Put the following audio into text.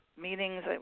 meetings